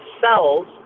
cells